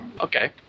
Okay